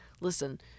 listen